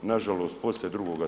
Nažalost, poslije II.